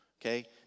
Okay